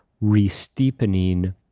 re-steepening